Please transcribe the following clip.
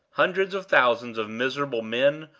hundreds of thousands of miserable men,